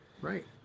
Right